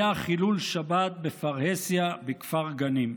היה חילול שבת בפרהסיה בכפר גנים,